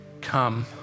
Come